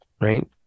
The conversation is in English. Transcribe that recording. Right